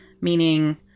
meaning